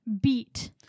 beat